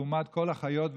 לעומת כל החיות,